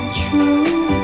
true